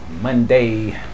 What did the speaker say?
Monday